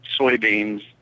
soybeans